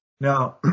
Now